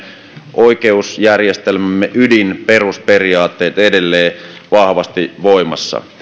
oikeusjärjestelmämme ydinperusperiaatteet edelleen vahvasti voimassa